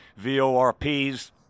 VORPs